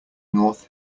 north